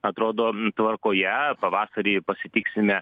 atrodo tvarkoje pavasarį pasitiksime